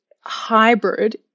hybrid